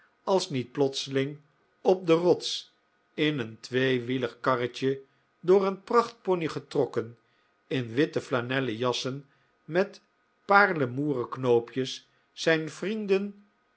als niet plotseling op de rots in een tweewielig karretje door een pracht pony getrokken in witte flanellen jassen met paarlemoeren knoopjes zijn vrienden